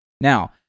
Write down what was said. Now